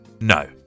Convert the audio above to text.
no